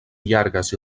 llargues